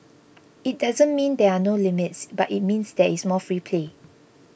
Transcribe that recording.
it doesn't mean there are no limits but it means there is more free play